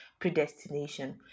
Predestination